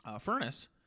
furnace